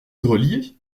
grelier